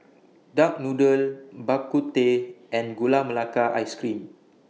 Duck Noodle Bak Kut Teh and Gula Melaka Ice Cream